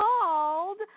called